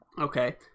Okay